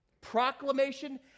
Proclamation